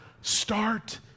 Start